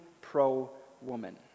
pro-woman